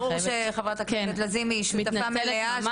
ברור שחברת הכנסת ליזמי היא שותפה מלאה של כל הנושא.